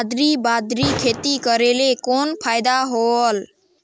अदली बदली खेती करेले कौन फायदा होयल?